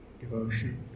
devotion